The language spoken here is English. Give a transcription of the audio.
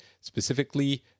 specifically